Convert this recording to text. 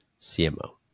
CMO